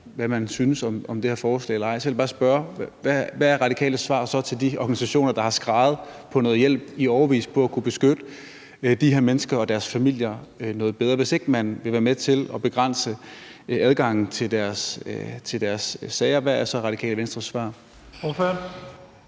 Hvad er Radikales svar så til de organisationer, der i årevis har skreget på noget hjælp til at kunne beskytte de mennesker og deres familier noget bedre? Hvis ikke man vil være med til at begrænse adgangen til deres sager, hvad er så Radikales Venstres